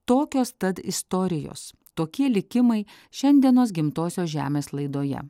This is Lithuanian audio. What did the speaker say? tokios tad istorijos tokie likimai šiandienos gimtosios žemės laidoje